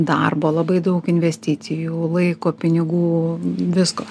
darbo labai daug investicijų laiko pinigų visko